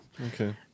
Okay